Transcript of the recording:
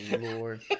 Lord